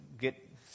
get